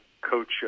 Coach